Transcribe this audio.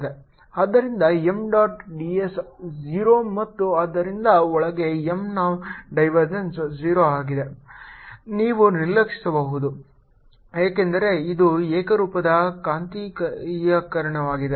ಆದ್ದರಿಂದ M dot d s 0 ಮತ್ತು ಆದ್ದರಿಂದ ಒಳಗೆ M ನ ಡೈವರ್ಜೆನ್ಸ್ 0 ಆಗಿದೆ ನೀವು ನಿರೀಕ್ಷಿಸಬಹುದು ಏಕೆಂದರೆ ಇದು ಏಕರೂಪದ ಕಾಂತೀಯೀಕರಣವಾಗಿದೆ